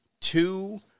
two